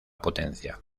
potencia